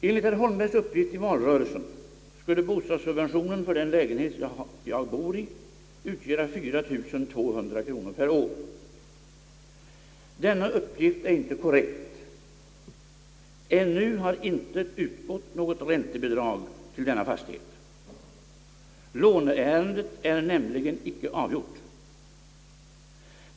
Enligt herr Holmbergs uppgift i valrörelsen skulle bostadssubventionen för den lägenhet jag bor i utgöra 4 200 kronor per år. Denna uppgift är inte korrekt. Ännu har inte utgått något räntebidrag till denna fastighet. Låneärendet är nämligen inte avgjort.